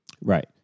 Right